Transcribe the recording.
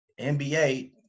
NBA